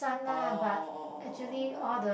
oh oh oh oh oh oh